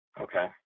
Okay